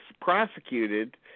prosecuted